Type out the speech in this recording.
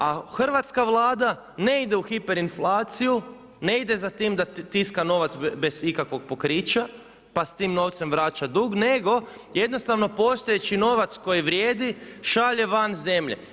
A hrvatska Vlada ne ide u hiperinflaciju, ne ide za tim da tiska novac bez ikakvog pokrića, pa s tim novcem vraća dug, nego jednostavno postojeći novac koji vrijedi šalje van zemlje.